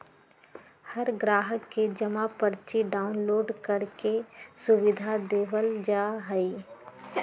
हर ग्राहक के जमा पर्ची डाउनलोड करे के सुविधा देवल जा हई